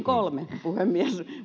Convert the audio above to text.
kolme puhemies muistaisin